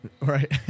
Right